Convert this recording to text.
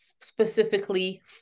specifically